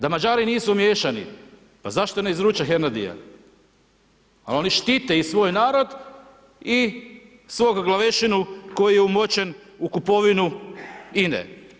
Da Mađari nisu umiješani, pa zašto ne izruče Hernardija, ali oni štite i svoj narod i svog glavešinu koji je umočen u kupovinu INA-e.